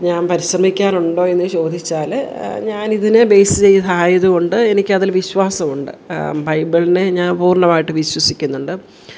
ഞാൻ പരിശ്രമിക്കാറുണ്ടോ എന്നു ചോദിച്ചാൽ ഞാനിതിനെ ബേസ് ചെയ്തായതുകൊണ്ട് എനിക്കതിൽ വിശ്വാസമുണ്ട് ബൈബിളിനെ ഞാൻ പൂർണ്ണമായിട്ടും വിശ്വസിക്കുന്നുണ്ട്